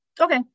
Okay